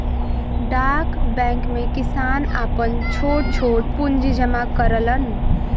डाक बैंक में किसान आपन छोट छोट पूंजी जमा करलन